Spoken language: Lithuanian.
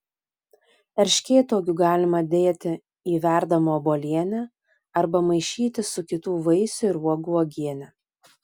erškėtuogių galima dėti į verdamą obuolienę arba maišyti su kitų vaisių ir uogų uogiene